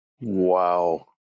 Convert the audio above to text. Wow